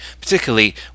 particularly